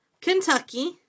Kentucky